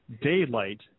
Daylight